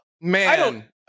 man